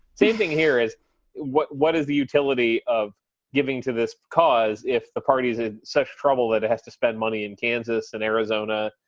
same thing. here is what what is the utility of giving to this cause if the party is in such trouble that it has to spend money in kansas and arizona,